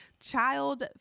child